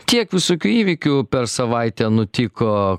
kiek visokių įvykių per savaitę nutiko